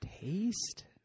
Taste